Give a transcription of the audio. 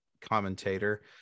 commentator